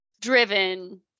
driven